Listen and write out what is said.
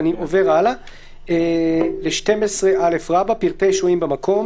אני עובר הלאה לסעיף 12א. 12א.פרטי שוהים במקום